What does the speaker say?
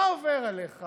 מה עובר עליך